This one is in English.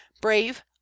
brave